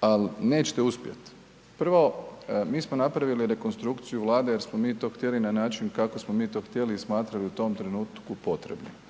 ali neće uspjet. Prvo, mi smo napravili rekonstrukciju Vlade jer smo mi to htjeli na način kako smo mi to htjeli i smatrali u tom trenutku potrebnim.